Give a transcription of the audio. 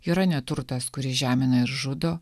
yra neturtas kuris žemina ir žudo